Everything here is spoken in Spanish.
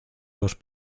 los